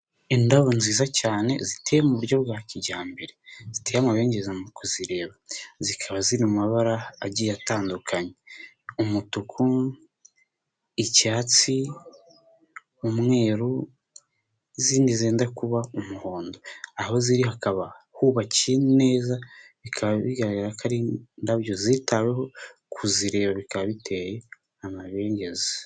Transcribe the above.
Indabo nziza cyane ziteye mu buryo bwa kijyambere, ziteye amabengeza mu kuzireba zikaba ziri mu mabara agiye atandukanye, umutuku, icyatsi, umweru n'izindi zenda kuba umuhondo, aho ziri hakaba hubakiye neza bikaba bigaragara ko ari indabyo zitaweho kuzireba bikaba biteye amabengeza.